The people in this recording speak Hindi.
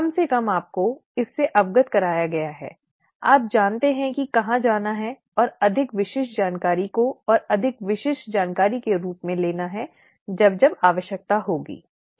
कम से कम आपको इससे अवगत कराया गया है आप जानते हैं कि कहाँ जाना है और अधिक विशिष्ट जानकारी को और अधिक विशिष्ट जानकारी के रूप में लेना है जब जब आवश्यकता होगी ठीक है